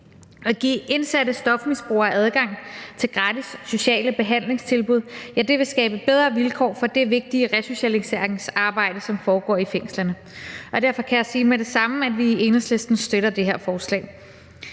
At give indsatte stofmisbrugere adgang til gratis sociale behandlingstilbud vil skabe bedre vilkår for det vigtige resocialiseringsarbejde, som foregår i fængslerne, og derfor kan jeg med det samme sige, at vi i Enhedslisten støtter det her forslag.